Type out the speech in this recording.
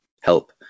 help